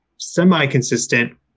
semi-consistent